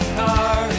car